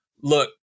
look